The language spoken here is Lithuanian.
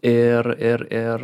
ir ir ir